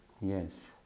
Yes